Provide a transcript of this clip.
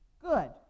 Good